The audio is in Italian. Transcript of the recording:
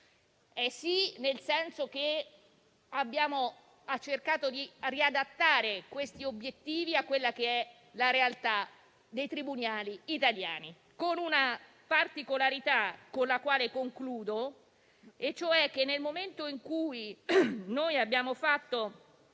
nel senso che abbiamo cercato di riadattare questi obiettivi alla realtà dei tribunali italiani, con una particolarità, con la quale concludo, e cioè che, nel momento in cui abbiamo fatto